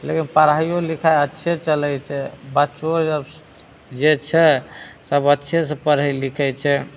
लेकिन पढ़ाइयो लिखाइ अच्छे चलैत छै बच्चो जब जे छै सब अच्छेसे पढ़ैत लिखैत छै